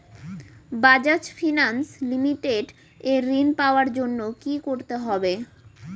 Bajaj finance limited এ ঋন পাওয়ার জন্য কি করতে হবে?